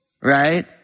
Right